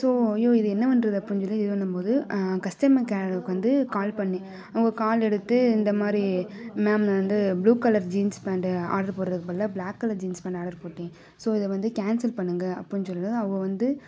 so அய்யோ இது என்ன பண்ணுறது அப்டின்னு சொல்லி இது பண்ணும் போது கஸ்டமர் கேருக்கு வந்து கால் பண்ணேன் அவங்க கால் எடுத்து இந்த மாதிரி மேம் வந்து blue colour jeans pant order போடுறதுக்கு பதிலாக black colour jeans pant order போட்டேன் ஸோ இதை வந்து கேன்சல் பண்ணுங்கள் அப்புடின்னு சொன்னதும் அவங்க வந்து